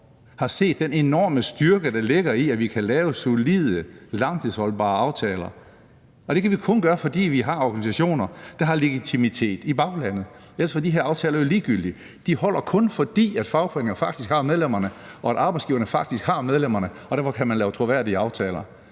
har set, hvilken enorm styrke der ligger i, at vi kan lave solide, langtidsholdbare aftaler. Det kan vi kun gøre, fordi vi har organisationer, der har legitimitet i baglandet. Ellers var de her aftaler jo ligegyldige. De holder kun, fordi fagforeningerne faktisk har medlemmerne, og fordi arbejdsgiverorganisationerne faktisk har medlemmerne. Derfor kan man lave troværdige aftaler.